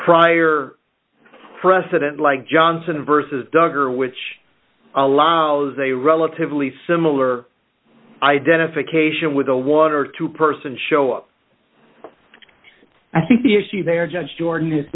prior precedent like johnson versus duggar which allows a relatively similar identification with the water to person show up i think the issue there judge jordan is